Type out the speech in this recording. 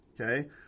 okay